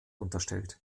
unterstellt